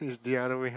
it's the other way